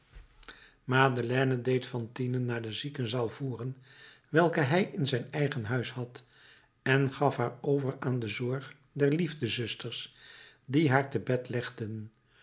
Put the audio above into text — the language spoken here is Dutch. madeleine deed fantine naar de ziekenzaal voeren welke hij in zijn eigen huis had en gaf haar over aan de zorg der liefdezusters die haar te bed legden